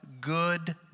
good